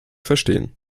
verstehen